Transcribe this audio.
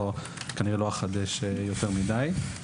כנראה לא אחדש יותר מדי.